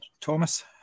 Thomas